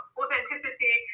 authenticity